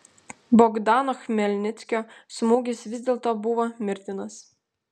bogdano chmelnickio smūgis vis dėlto buvo mirtinas